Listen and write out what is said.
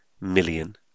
million